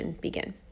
Begin